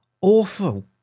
awful